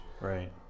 right